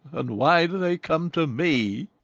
and why do they come to me?